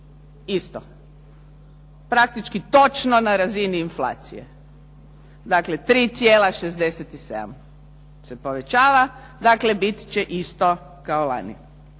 isto, praktički točno na razini inflacije, dakle 3,67 se povećava, dakle bit će isto kao lani.